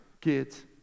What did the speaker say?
Kids